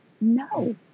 No